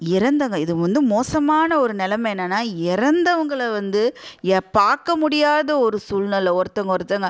இறந்தாங்கள் இது வந்து மோசமான ஒரு நிலம என்னன்னா இறந்தவங்கள வந்து எ பார்க்க முடியாத ஒரு சூல்நில ஒருத்தவங்க ஒருத்தவங்க